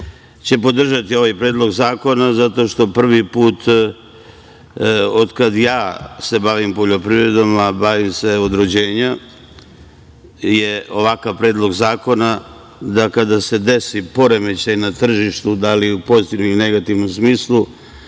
će podržati ovaj Predlog zakona zato što prvi put od kad se ja bavim poljoprivredom, a bavim se od rođenja, je ovakav Predlog zakona da kada se desi poremećaj na tržištu, da li u pozitivnom ili negativnom smislu,